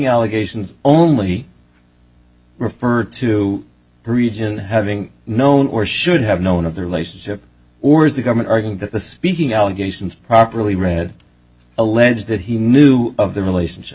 allegations only refer to the region having known or should have known of the relationship or is the government arguing that the speaking allegations properly read allege that he knew of the relationship